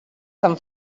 tan